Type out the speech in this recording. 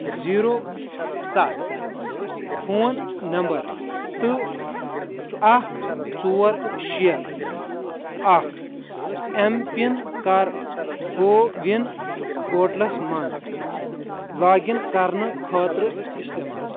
zero سَتھ phone number تہٕ اکھ ژور شےٚ اکھ ایٚم پِن کَر کوٚوِن پورٹلس مَنٛز لاگ اِن کرنہٕ خٲطرٕ استعمال